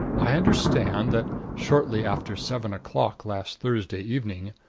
i understand that, shortly after seven o'clock last thursday evening,